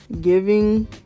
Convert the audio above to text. Giving